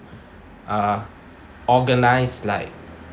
uh organise like